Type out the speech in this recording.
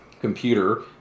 computer